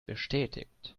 bestätigt